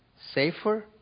safer